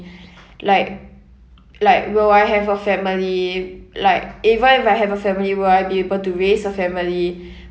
like like will I have a family like even if I have a family will I be able to raise a family